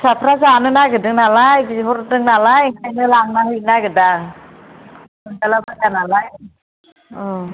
फिसाफ्रा जानो नागेरदों नालाय बिहरदों नालाय ओंखायनो लांनानै हैनो नागेरदां मोनजाला बाया नालाय